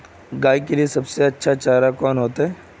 गाय के लिए सबसे अच्छा चारा कौन होते?